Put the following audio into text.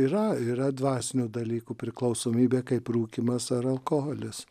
yra yra dvasinių dalykų priklausomybė kaip rūkymas ar alkoholis